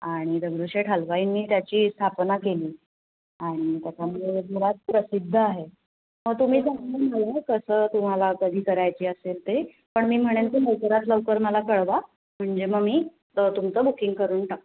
आणि दगडूशेठ हलवाईंनी त्याची स्थापना केली आणि त्याच्यामुळे जगभरात प्रसिद्ध आहे मग तुम्ही सांगा मला कसं तुम्हाला कधी करायची असेल ते पण मी म्हणेन की लवकरात लवकर मला कळवा म्हणजे मग मी तुमचं बुकिंग करून टाक